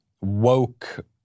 woke